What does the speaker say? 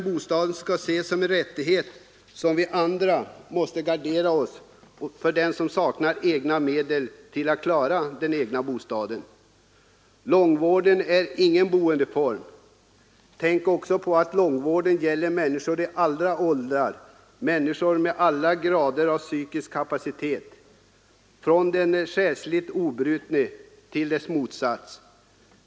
Bostaden skall ses som en rättighet som vi andra måste garantera för den som saknar egna medel. Långvård är ju ingen boendeform. Tänk också på att långvård gäller människor i alla åldrar och människor med ' alla grader av psykisk kapacitet, från den själsligt obrutne till hans motsats.